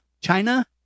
China